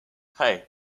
hey